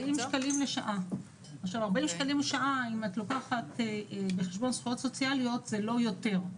אם את לוקחת בחשבון זכויות סוציאליות, זה לא יותר.